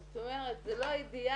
זאת אומרת זה לא אידיאל,